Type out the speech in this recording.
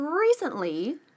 recently